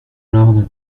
l’ordre